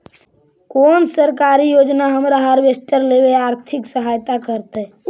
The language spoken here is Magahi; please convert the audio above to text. कोन सरकारी योजना हमरा हार्वेस्टर लेवे आर्थिक सहायता करतै?